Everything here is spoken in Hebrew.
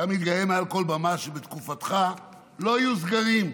אתה מתגאה מעל כל במה שבתקופתך לא היו סגרים,